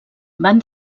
van